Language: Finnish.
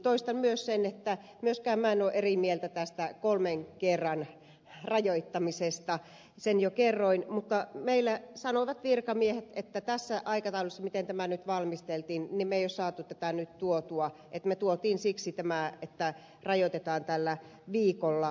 toistan myös sen että myöskään minä en ole eri mieltä tästä kolmen kerran rajoittamisesta sen jo kerroin mutta meillä sanoivat virkamiehet että tässä aikataulussa miten tämä nyt valmisteltiin me emme ole saaneet tätä nyt tuoduksi ja me toimme siksi tämän että rajoitetaan tällä viikolla